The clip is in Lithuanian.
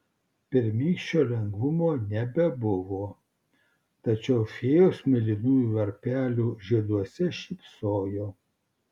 pirmykščio lengvumo nebebuvo tačiau fėjos mėlynųjų varpelių žieduose šypsojo